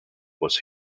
was